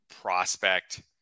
prospect